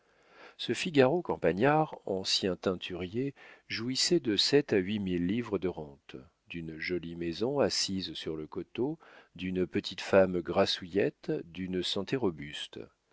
ce figaro campagnard ancien teinturier jouissait de sept à huit mille livres de rente d'une jolie maison assise sur le coteau d'une petite femme grassouillette d'une santé robuste